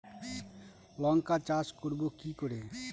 লঙ্কা চাষ করব কি করে?